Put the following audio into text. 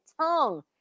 tongue